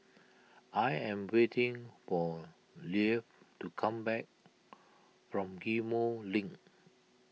I am waiting for Leif to come back from Ghim Moh Link